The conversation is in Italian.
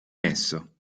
nesso